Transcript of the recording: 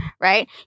Right